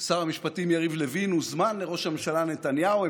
שר המשפטים יריב לוין הוזמן לראש הממשלה נתניהו.